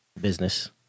business